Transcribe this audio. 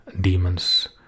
demons